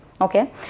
Okay